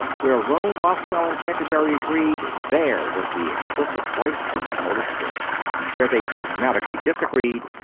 where rome, mos cow, and canterbury agreed, there was the explicit voice of the holy spirit where they dogmatically disagreed,